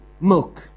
milk